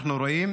אנחנו רואים